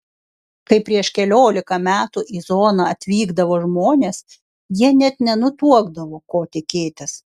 kai prieš keliolika metų į zoną atvykdavo žmonės jie net nenutuokdavo ko tikėtis